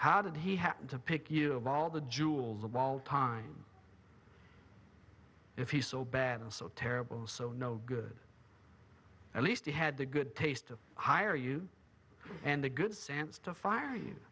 how did he happen to pick you of all the jewels of all time if he so bad and so terrible so no good at least he had the good taste to hire you and the good sense to fire you